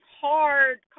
hard